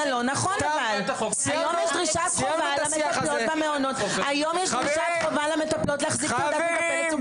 היום יש דרישת חובה למטפלות במעונות להחזיק תעודת מטפלת.